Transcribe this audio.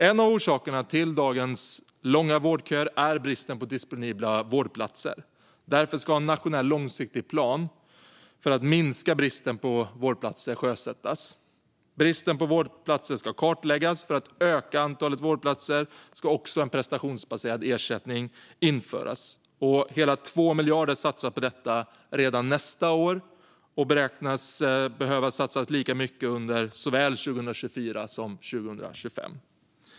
En av orsakerna till dagens långa vårdköer är bristen på disponibla vårdplatser. Därför ska en nationell långsiktig plan för att minska bristen på vårdplatser sjösättas. Bristen på vårdplatser ska kartläggas, och för att öka antalet vårdplatser ska en prestationsbaserad ersättning införas. Hela 2 miljarder satsas på detta redan nästa år, och sedan beräknas lika mycket behöva satsas såväl 2024 som 2025.